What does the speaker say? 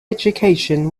education